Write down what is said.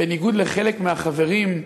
בניגוד לחלק מהחברים,